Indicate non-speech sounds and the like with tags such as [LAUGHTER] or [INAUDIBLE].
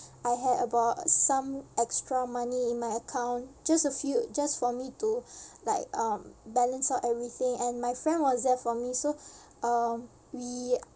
I had about some extra money in my account just a few just for me to like um balance out everything and my friend was there for me so [BREATH] uh we